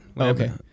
Okay